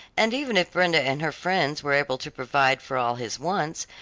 and even if brenda and her friends were able to provide for all his wants,